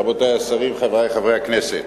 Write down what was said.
רבותי השרים, חברי חברי הכנסת,